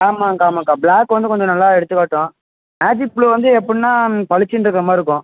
ஆமாங்கக்கா ஆமாம்க்கா பிளாக் வந்து கொஞ்சம் நல்லா எடுத்து காட்டும் மேஜிக் ப்ளூ வந்து எப்பிடின்னா பளீச்சின்ருக்கிற மாதிரி இருக்கும்